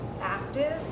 active